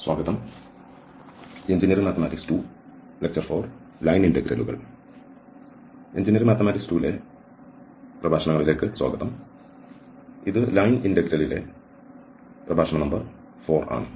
അതിനാൽ engineering mathematics II ലെ പ്രഭാഷണങ്ങളിലേക്ക് സ്വാഗതം ഇത് ലൈൻ ഇന്റഗ്രലിലെ പ്രഭാഷണ നമ്പർ 4 ആണ്